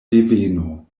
deveno